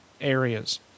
areas